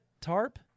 tarp